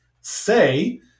say